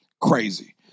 crazy